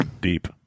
Deep